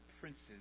princes